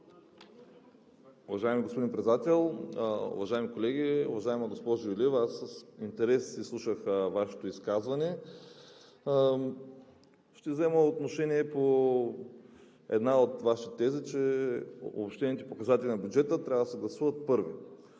Уважаеми господин Председател, уважаеми колеги! Уважаема госпожо Илиева, аз с интерес изслушах Вашето изказване. Ще взема отношение по една от Вашите тези, че обобщените показатели на бюджета трябва да се гласуват първи.